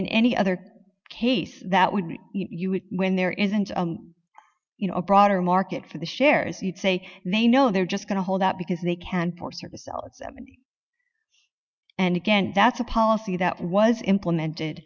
in any other case that would be you would when there isn't you know a broader market for the shares you'd say they know they're just going to hold out because they can't force her to sell it and again that's a policy that was implemented